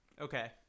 okay